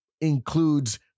includes